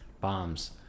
bombs